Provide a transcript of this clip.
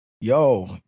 Yo